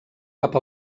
cap